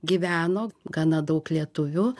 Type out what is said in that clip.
gyveno gana daug lietuvių